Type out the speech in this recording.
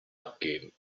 abgeben